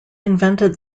invented